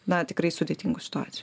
na tikrai sudėtingų situacijų